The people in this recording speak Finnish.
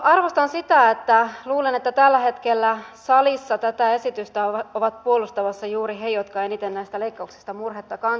arvostan sitä että luulen että tällä hetkellä salissa tätä esitystä ovat puolustamassa juuri he jotka eniten näistä leikkauksista murhetta kantavat